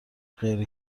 غیر